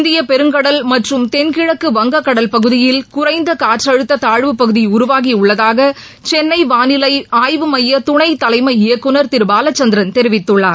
இந்தியப் பெருங்கடல் மற்றும் தென்கிழக்கு வங்கக் கடல் பகுதியில் குறைந்தகாற்றுழுத்ததாழ்வுப்பகுதிஉருவாகியுள்ளதாகசென்னைவானிலைஆய்வு மையதுணைத்தலைமை இயக்குநர் திருபாலச்சந்திரன் தெரிவித்துள்ளார்